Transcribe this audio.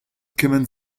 kement